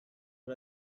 for